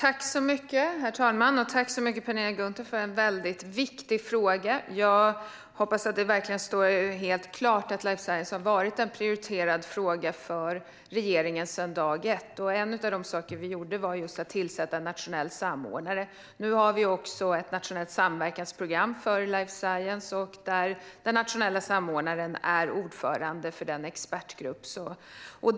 Herr talman! Tack, Penilla Gunther, för en viktig fråga! Jag hoppas att det står helt klart att life science har varit en prioriterad fråga för regeringen sedan dag ett. En av de saker vi har gjort är just att tillsätta en nationell samordnare. Nu har vi också ett nationellt samverkansprogram för life science, där den nationella samordnaren är ordförande för den expertgruppen.